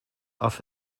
off